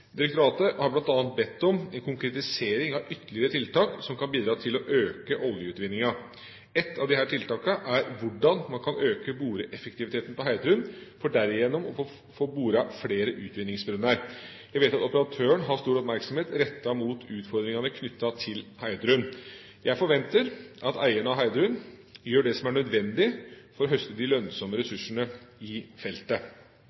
Direktoratet har bl.a. bedt om en konkretisering av ytterligere tiltak som kan bidra til å øke oljeutvinningen. Ett av disse tiltakene er hvordan man kan øke boreeffektiviteten på Heidrun for derigjennom å få boret flere utvinningsbrønner. Jeg vet at operatøren har stor oppmerksomhet rettet mot utfordringene knyttet til Heidrun. Jeg forventer at eierne av Heidrun gjør det som er nødvendig for å høste de lønnsomme